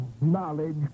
knowledge